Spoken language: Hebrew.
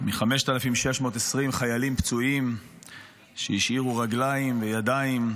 מ-5,620 חיילים פצועים שהשאירו רגליים וידיים,